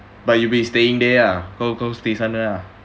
but you will be staying there ah kau staying sana ah